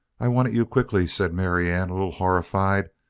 i wanted you quickly, said marianne, a little horrified.